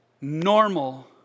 Normal